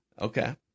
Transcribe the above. Okay